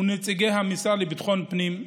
ונציגי המשרד לביטחון פנים,